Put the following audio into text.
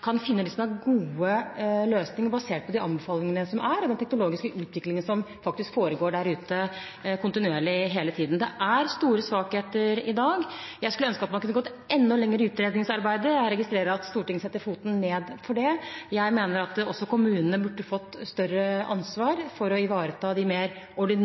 gode løsninger, basert på de anbefalingene som er, og på den teknologiske utviklingen som kontinuerlig foregår der ute, hele tiden. Det er store svakheter i dag. Jeg skulle ønske at man kunne gått enda lenger i utredningsarbeidet. Jeg registrerer at Stortinget setter foten ned for det. Jeg mener at også kommunene burde fått større ansvar for å ivareta de mer